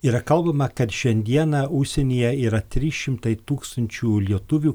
yra kalbama kad šiandieną užsienyje yra trys šimtai tūkstančių lietuvių